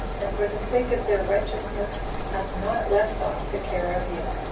and for the sake of their righteousness hath not left off the care of you.